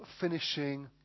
finishing